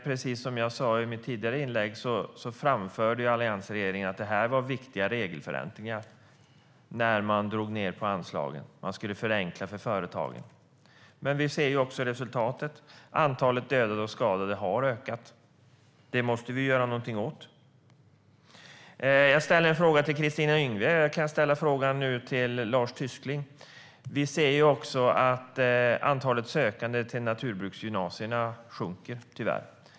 Precis som jag sa i mitt tidigare inlägg framförde alliansregeringen att det var viktiga regelförenklingar man införde när man drog ned på anslagen. Man skulle förenkla för företagen. Men vi ser också resultatet nu. Antalet dödade och skadade har ökat. Det måste vi göra någonting åt. Jag ställde en fråga till Kristina Yngwe, och jag kan ställa den till Lars Tysklind också. Vi ser att antalet sökande till naturbruksgymnasierna tyvärr sjunker.